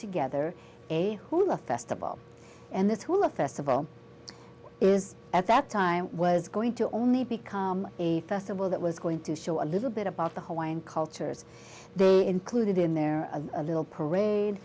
together a hula festival and this whole a festival is at that time was going to only become a festival that was going to show a little bit about the hawaiian cultures included in there a little parade